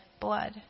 blood